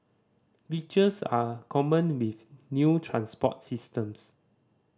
glitches are common with new transport systems